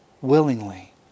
willingly